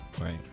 right